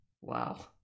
Wow